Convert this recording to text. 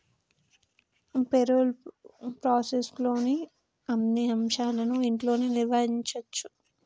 payroll ప్రాసెస్లోని అన్ని అంశాలను ఇంట్లోనే నిర్వహించచ్చు